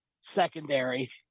secondary